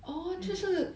mm